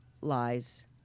lies